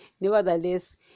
nevertheless